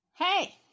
Hey